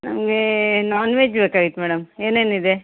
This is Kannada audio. ನಮಗೆ ನಾನ್ವೆಜ್ ಬೇಕಾಗಿತ್ತು ಮೇಡಮ್ ಏನೇನಿದೆ